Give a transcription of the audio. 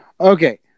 Okay